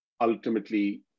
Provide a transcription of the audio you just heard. Ultimately